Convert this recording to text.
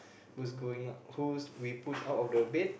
who's going out who's we push out of the bed